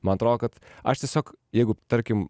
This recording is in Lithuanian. man atrodo kad aš tiesiog jeigu tarkim